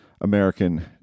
American